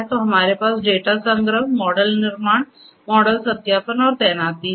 तो हमारे पास डेटा संग्रह मॉडल निर्माण मॉडल सत्यापन और तैनाती है